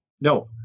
No